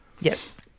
yes